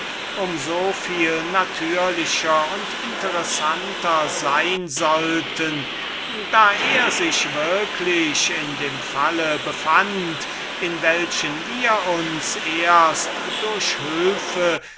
um soviel natürlicher und interessanter sein sollten als er sich würklich in dem falle befand worein wir uns erst durch hülfe